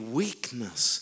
weakness